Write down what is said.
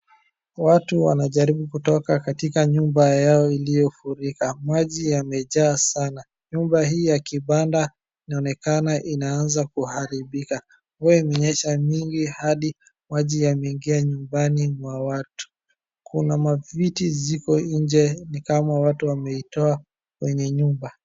Watu wanajaribu kutoka katika nyumba yao iliyofurika. Maji yamejaa sana, nyumba hii ya kibanda inaonekana inaanza kuharibika. Mvua imenyesha nyingi hadi maji yameingia nyumbani mwa watu. Kuna maviti ziko nje ni kama watu wameitoa kwenye nyumba.